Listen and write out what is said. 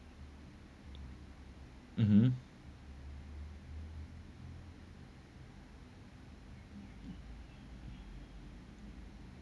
mmhmm